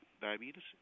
diabetes